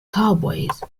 cowboys